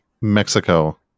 Mexico